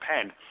pen